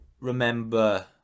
remember